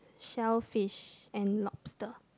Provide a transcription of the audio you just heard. shellfish and lobster